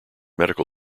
medical